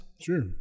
Sure